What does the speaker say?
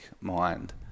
mind